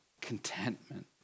contentment